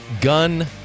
gun